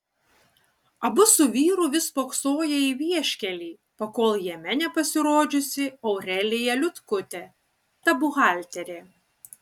abu su vyru vis spoksoję į vieškelį pakol jame nepasirodžiusi aurelija liutkutė ta buhalterė